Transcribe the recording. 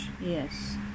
Yes